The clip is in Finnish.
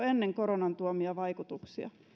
ennen koronan tuomia vaikutuksia